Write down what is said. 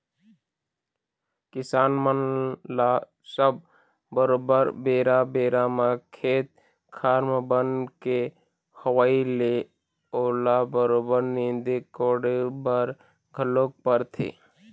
किसान मन ल सब बरोबर बेरा बेरा म खेत खार म बन के होवई ले ओला बरोबर नींदे कोड़े बर घलोक परथे